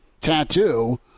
tattoo